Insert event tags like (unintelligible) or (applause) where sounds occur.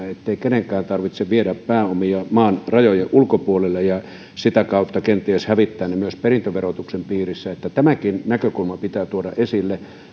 (unintelligible) ettei kenenkään tarvitse viedä pääomia maan rajojen ulkopuolelle ja sitä kautta kenties hävittää ne myös perintöverotuksen piiristä tämäkin näkökulma pitää tuoda esille